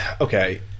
Okay